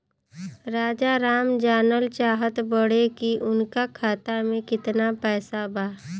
राजाराम जानल चाहत बड़े की उनका खाता में कितना पैसा बा?